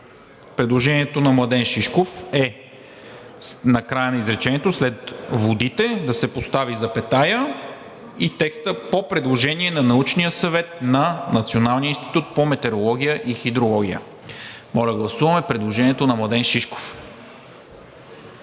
предложението на Младен Шишков е: накрая на изречението, след „водите“ да се постави запетая и текста „по предложение на Научния съвет на Националния институт по метеорология и хидрология“. Гласуваме предложението на Младен Шишков.